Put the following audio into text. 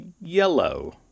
yellow